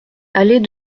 allée